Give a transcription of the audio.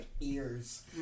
ears